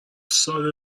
صادر